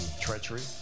treachery